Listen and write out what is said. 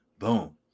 Boom